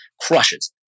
crushes